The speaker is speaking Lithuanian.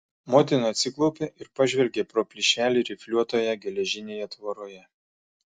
motina atsiklaupė ir pažvelgė pro plyšelį rifliuotoje geležinėje tvoroje